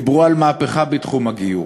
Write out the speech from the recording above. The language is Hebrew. דיברו על מהפכה בתחום הגיור,